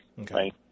Okay